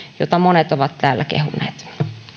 jota monet ovat täällä kehuneet